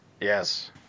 Yes